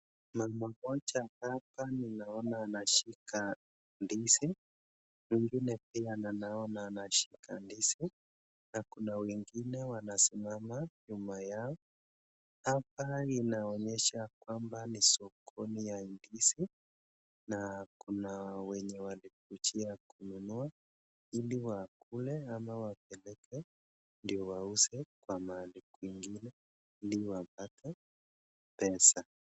Mama mmoja hapa ninaona anashika ndizi, mwingine pia naona anashika ndizi na kuna wengine wanasimama nyuma yao. Hapa inaonyesha ya kwamba ni sokoni ya ndizi na kuna wenye walikujia kununua ili wakule ama wapeleke ndio wauze kwa mahali kwingine ili wapate pesa.